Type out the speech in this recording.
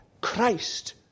Christ